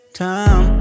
time